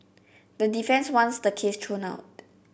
the defence wants the case thrown out